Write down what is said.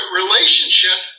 relationship